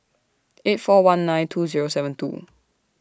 eight four one nine two Zero seven two